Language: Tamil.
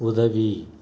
உதவி